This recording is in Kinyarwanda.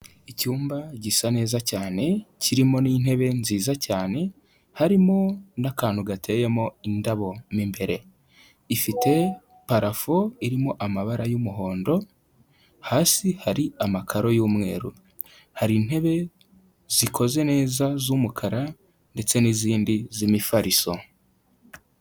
Icyumba gisa neza cyane kirimo n'intebe nziza cyane, harimo n'akantu gateyemo indabo mo imbere, ifite parafo irimo amabara y'umuhondo, hasi hari amakaro y'umweru, hari intebe zikoze neza z'umukara ndetse n'izindi z'imifariso.